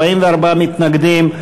44 מתנגדים.